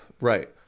Right